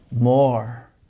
more